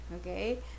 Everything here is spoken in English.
okay